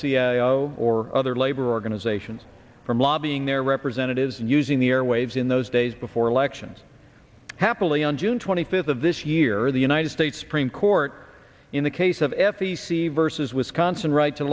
o or other labor organizations from lobbying their representatives using the airwaves in those days before elections happily on june twenty fifth of this year the united states supreme court in the case of f e c vs wisconsin right to